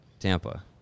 Tampa